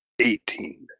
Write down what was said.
Eighteen